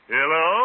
Hello